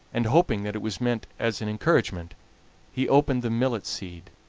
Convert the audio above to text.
and hoping that it was meant as an encouragement he opened the millet seed,